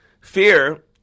Fear